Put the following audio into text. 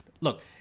Look